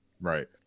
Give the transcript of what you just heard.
right